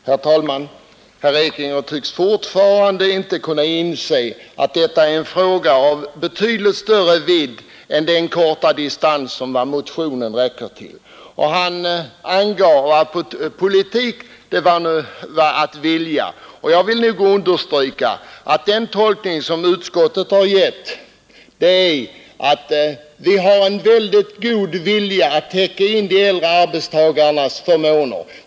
Herr talman! Herr Ekinge tycks fortfarande inte kunna inse att denna fråga har betydligt större räckvidd än den korta distans som motionen omfattar. Politik är att vilja, sade herr Ekinge. Jag vill understryka att utskottet har gett uttryck för en mycket god vilja att täcka in de äldre arbetstagarnas förmåner.